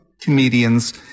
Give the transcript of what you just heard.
comedians